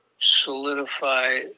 solidify